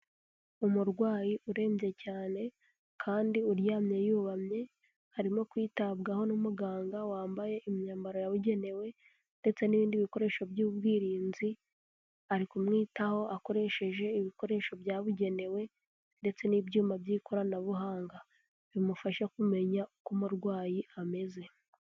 Umurwayi urembye cyane kandi uryamye yubamye, arimo kwitabwaho n'umuganga wambaye imyambaro yabugenewe ndetse n'ibindi bikoresho by'ubwirinzi, ari kumwitaho akoresheje ibikoresho byabugenewe ndetse n'ibyuma by'ikoranabuhanga, bimufasha kumenya uko umurwayi ameze.